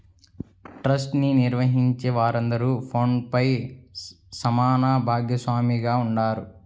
trust ని నిర్వహించే వారందరూ ఫండ్ పైన సమాన భాగస్వామిగానే ఉంటారు